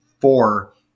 four